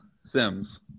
Sims